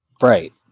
Right